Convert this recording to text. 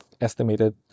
estimated